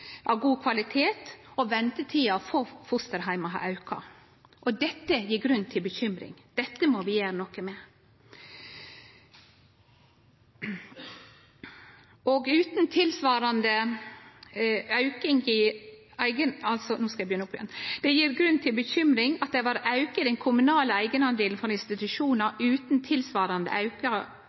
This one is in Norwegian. av god kvalitet, og ventetida for fosterheimar har auka. Dette gjev grunn til uro. Dette må vi gjere noko med. Det gjev grunn til uro at det var auke i den kommunale eigendelen for institusjonar utan tilsvarande